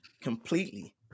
completely